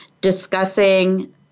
discussing